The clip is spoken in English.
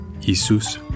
Jesus